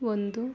ಒಂದು